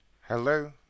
Hello